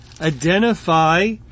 identify